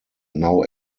now